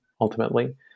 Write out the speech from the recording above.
ultimately